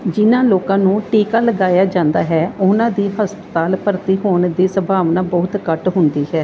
ਜਿਹਨਾਂ ਲੋਕਾਂ ਨੂੰ ਟੀਕਾ ਲਗਾਇਆ ਜਾਂਦਾ ਹੈ ਉਹਨਾਂ ਦੀ ਹਸਪਤਾਲ ਭਰਤੀ ਹੋਣ ਦੀ ਸੰਭਾਵਨਾ ਬਹੁਤ ਘੱਟ ਹੁੰਦੀ ਹੈ